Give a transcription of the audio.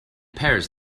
pears